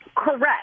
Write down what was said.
correct